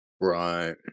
right